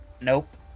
Nope